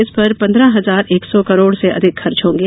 इस पर पंद्रह हजार एक सौ करोड़ से अधिक खर्च होंगे